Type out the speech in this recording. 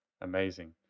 Amazing